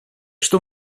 что